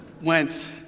went